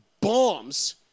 bombs